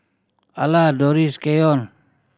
Ala Dorris Keyon